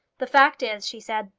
the fact is, she said,